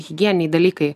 higieniniai dalykai